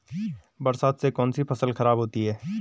बरसात से कौन सी फसल खराब होती है?